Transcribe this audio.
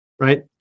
right